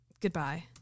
Goodbye